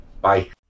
bye